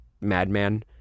madman